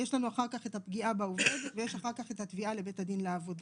יש לנו אחר כך את הפגיעה בעובד ויש אחר כך את התביעה לבית הדין לעבודה.